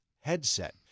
headset